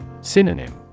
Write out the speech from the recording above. Synonym